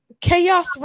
Chaos